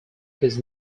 his